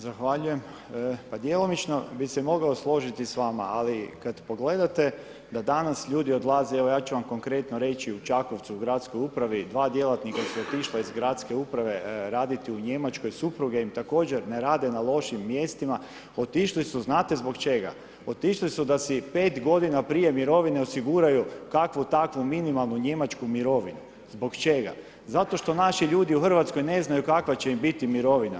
Zahvaljujem, djelomično bi se mogao složiti s vama, ali kad pogledate da danas ljudi odlaze, evo ja ću vam konkretno reći u Čakovcu u Gradskoj upravi 2 djelatnika su otišla iz Gradske uprave raditi u Njemačku, supruge im također ne rade na lošim mjestima otišli su znate zbog čega, otišli su da si 5 godina prije mirovine osiguraju kakvu takvu minimalnu njemačku mirovinu, zbog čega, zato što naši ljudi u Hrvatskoj ne znaju kakva će im biti mirovina.